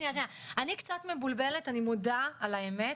קצת מבולבלת אני מודה על האמת,